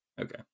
Okay